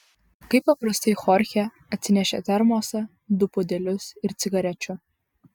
kaip paprastai chorchė atsinešė termosą du puodelius ir cigarečių